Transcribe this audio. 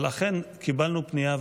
אבל אכן קיבלנו פנייה,